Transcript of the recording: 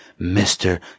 Mr